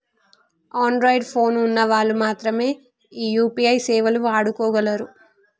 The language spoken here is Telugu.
అన్ద్రాయిడ్ పోను ఉన్న వాళ్ళు మాత్రమె ఈ యూ.పీ.ఐ సేవలు వాడుకోగలరు